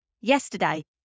yesterday